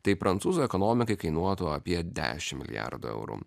tai prancūzų ekonomikai kainuotų apie dešimt milijardų eurų